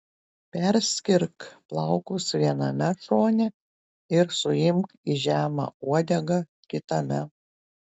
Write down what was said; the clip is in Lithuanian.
perskirk plaukus viename šone ir suimk į žemą uodegą kitame